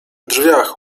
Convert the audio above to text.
drzwiach